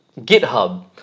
GitHub